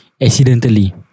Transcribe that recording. accidentally